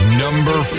number